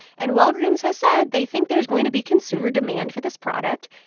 and walgreens has said they think there's going to be consumer demand for this product.